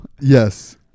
Yes